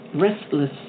restless